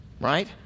right